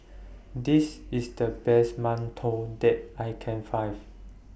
This IS The Best mantou that I Can Find